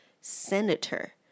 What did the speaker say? senator